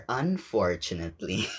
unfortunately